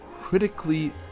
critically